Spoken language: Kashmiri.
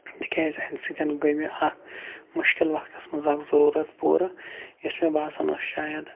تکیازٕ امہِ سۭتۍ گٔے مےٚ اکھ مُشکِل وَقتس منٛز اکھ ضرورت پوٗرٕ یۄس مےٚ باسان ٲسۍ شاید